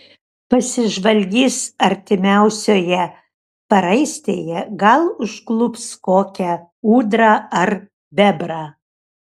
pasižvalgys artimiausioje paraistėje gal užklups kokią ūdrą ar bebrą